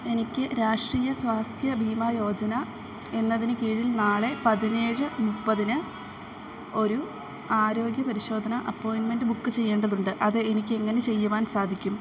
എനിക്ക് രാഷ്ട്രീയ സ്വാസ്ഥ്യ ബീമാ യോജന എന്നതിന് കീഴിൽ നാളെ പതിനേഴ് മുപ്പതിന് ഒരു ആരോഗ്യ പരിശോധന അപ്പോയിൻ്റ്മെൻ്റ് ബുക്ക് ചെയ്യേണ്ടതുണ്ട് അത് എനിക്കെങ്ങനെ ചെയ്യുവാൻ സാധിക്കും